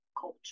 culture